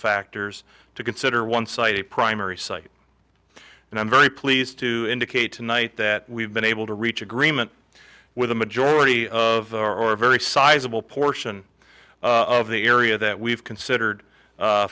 factors to consider one site a primary site and i'm very pleased to indicate tonight that we've been able to reach agreement with a majority of our or a very sizable portion of the area that we've considered